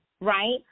right